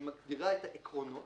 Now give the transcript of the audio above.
היא מגדירה את העקרונות,